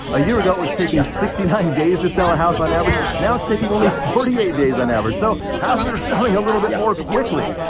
a year ago was taking sixty nine days to sell a house on average, now it's taking only forty eight days on average. so houses are selling a little bit more quickly.